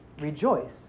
rejoice